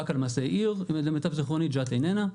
באקה למעשה היא עיר, ולמיטב זכרוני ג'ת איננה.